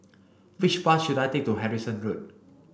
which bus should I take to Harrison Road